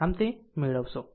આમ તમે આ મેળવશો